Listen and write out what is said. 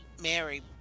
Mary